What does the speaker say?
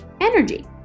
energy